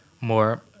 more